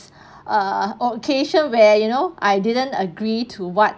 err occasion where you know I didn't agree to what